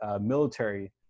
military